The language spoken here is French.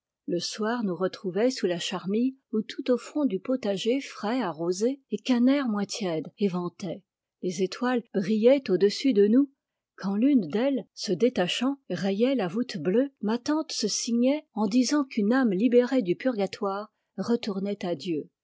le soir nous retrouvait sous la charmille ou tout au fond du potager frais arrosé et qu'un air moins tiède éventait les étoiles brillaient au-dessus de nous quand l'une d'elles se détachant rayait la voûte bleue ma tante se signait en disant qu'une âme libérée du purgatoire retournait à dieu